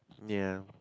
ya